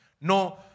No